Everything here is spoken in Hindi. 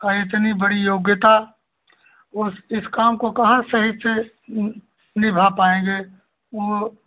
और इतनी बड़ी योग्यता उस इस काम को कहाँ सही से निभा पाएँगे वह